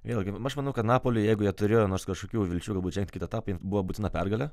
vėlgi aš manau kad napaliui jeigu jie turėjo nors kažkokių vilčių galbūt žengt į kitą etapą buvo būtina pergalė